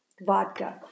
vodka